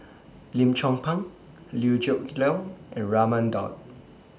Lim Chong Pang Liew Geok Leong and Raman Daud